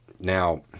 Now